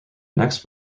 next